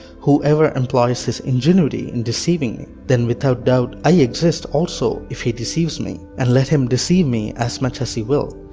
who ever employs his ingenuity in deceiving me. then without doubt i exist also if he deceives me, and let him deceive me as much as he will,